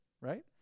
right